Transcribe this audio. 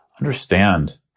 understand